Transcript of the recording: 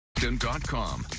and dot com.